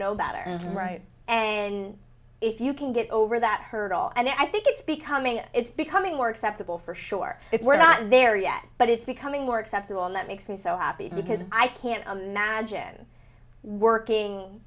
know better and right and if you can get over that hurdle and i think it's becoming it's becoming work sceptical for sure if we're not there yet but it's becoming more acceptable and that makes me so happy because i can't imagine working